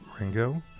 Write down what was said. Ringo